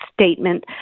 statement